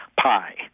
pie